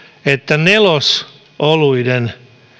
että nelosoluiden